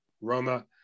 Roma